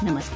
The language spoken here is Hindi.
नमस्कार